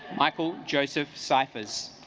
michael joseph ciphers